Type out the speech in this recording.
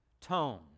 tone